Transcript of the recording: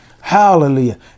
Hallelujah